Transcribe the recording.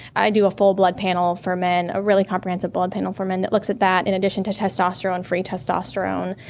i do a full blood panel for men, a really comprehensive blood panel for men that looks at that, in addition to testosterone, free testosterone,